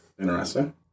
Interesting